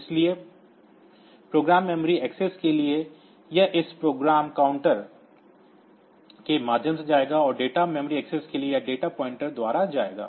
इसलिए program memory access के लिए यह इस प्रोग्राम काउंटर के माध्यम से जाएगा और डेटा मेमोरी एक्सेस के लिए यह डेटा पॉइंटर द्वारा जाएगा